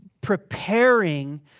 preparing